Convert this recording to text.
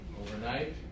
overnight